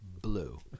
Blue